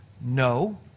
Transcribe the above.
No